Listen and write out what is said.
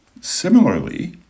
Similarly